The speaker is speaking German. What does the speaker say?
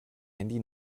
handy